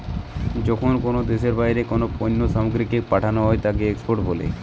যখন কোনো দ্যাশের বাহিরে কোনো পণ্য সামগ্রীকে পাঠানো হই তাকে এক্সপোর্ট বলে